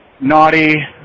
naughty